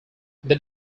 they